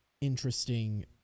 interesting